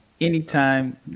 anytime